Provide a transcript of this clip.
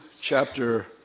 chapter